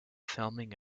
filming